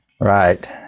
Right